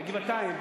בגבעתיים,